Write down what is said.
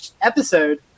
episode